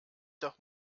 doch